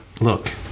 look